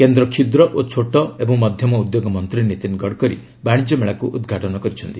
କେନ୍ଦ୍ର କ୍ଷୁଦ୍ର ଓ ଛୋଟ ଓ ମଧ୍ୟମ ଉଦ୍ୟୋଗ ମନ୍ତ୍ରୀ ନୀତିନ ଗଡ଼କରୀ ବାଣିଜ୍ୟ ମେଳାକୁ ଉଦ୍ଘାଟନ କରିଛନ୍ତି